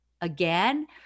again